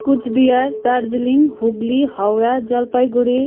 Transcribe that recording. Cooch Behar Darjeeling Hooghly Howrah Jalpaiguri